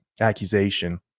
accusation